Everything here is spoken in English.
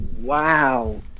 Wow